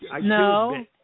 no